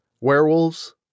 Werewolves